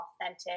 authentic